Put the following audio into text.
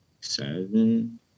seven